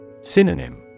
Synonym